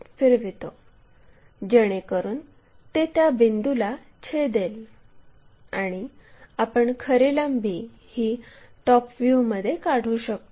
जेणेकरून ते त्या बिंदूला छेदेल आणि आपण खरी लांबी ही टॉप व्ह्यूमध्ये काढू शकतो